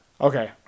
okay